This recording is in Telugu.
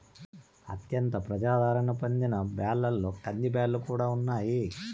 అత్యంత ప్రజాధారణ పొందిన బ్యాళ్ళలో కందిబ్యాల్లు కూడా ఉన్నాయి